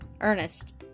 Ernest